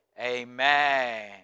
Amen